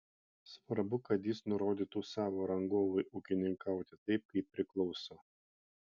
svarbu kad jis nurodytų savo rangovui ūkininkauti taip kaip priklauso